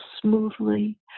smoothly